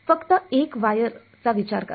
तर फक्त एक वायरचा विचार करा